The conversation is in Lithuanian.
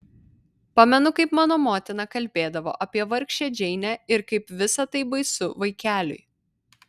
pamenu kaip mano motina kalbėdavo apie vargšę džeinę ir kaip visa tai baisu vaikeliui